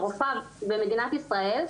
יש לי שאלה.